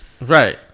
Right